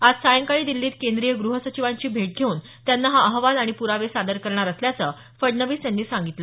आज सायंकाळी दिल्लीत केंद्रीय ग्रहसचिवांची भेट घेऊन त्यांना हा अहवाल आणि प्रावे सादर करणार असल्याचं फडणवीस यांनी यावेळी सांगितलं